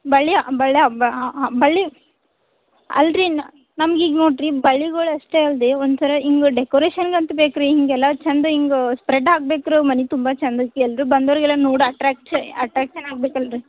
ಬಳ್ಳಿಯ ಬಳ್ಯಾವ್ ಹಾಂ ಹಾಂ ಬಳ್ಳಿ ಅಲ್ಲ ರೀ ನಮ್ಗೀಗ ನೋಡಿರಿ ಬಳ್ಳಿಗಳ್ ಅಷ್ಟೇ ಅಲ್ಲದೆ ಒಂಥರ ಹಿಂಗ್ ಡೆಕೋರೇಷನ್ಗೆ ಅಂತ ಬೇಕು ರೀ ಹೀಗೆಲ್ಲ ಚಂದ ಹೀಗ್ ಸ್ಪ್ರೆಡ್ ಆಗ್ಬೇಕ್ ರೀ ಮನೆ ತುಂಬ ಚಂದಕ್ಕೆ ಎಲ್ಲರೂ ಬಂದೋರಿಗೆಲ್ಲ ನೋಡಿ ಅಟ್ರ್ಯಾಕ್ಟ್ ಅಟ್ರ್ಯಾಕ್ಷನ್ ಆಗ್ಬೇಕಲ್ಲ ರೀ